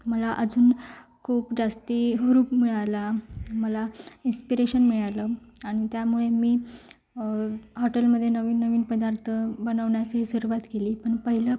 मला अजून खूप जास्त हुरूप मिळाला मला इस्पिरेशन मिळालं आणि त्यामुळे मी हॉटेलमध्ये नवीन नवीन पदार्थ बनवण्यास ही सुरुवात केली पण पहिलं